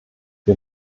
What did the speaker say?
wir